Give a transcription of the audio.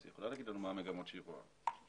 את יכולה להגיד מה המגמה שאת רואה.